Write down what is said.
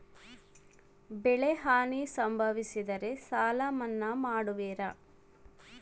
ಬೆಳೆಹಾನಿ ಸಂಭವಿಸಿದರೆ ಸಾಲ ಮನ್ನಾ ಮಾಡುವಿರ?